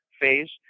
phase